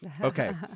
Okay